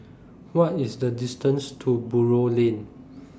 What IS The distance to Buroh Lane